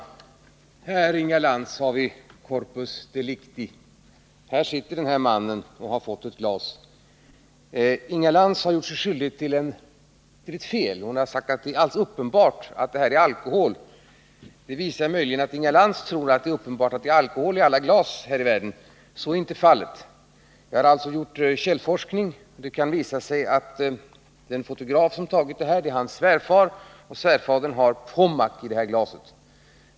Här, Inga Lantz, har vi corpus delicti. Här sitter den där mannen och har fått ett glas — jag visar affischen för kammarens ledamöter. Inga Lantz har gjort sig skyldig till ett fel. Hon säger att det är alldeles uppenbart att det är alkohol i glaset. Det visar möjligen att Inga Lantz tror att det är uppenbart att det är alkohol i alla glas här i världen. Så är inte fallet. Jag har gjort källforskning, och det har visat sig att den fotograf som tagit bilden har fotograferat sin svärfar. Och svärfadern har Pommac i glaset.